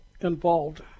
involved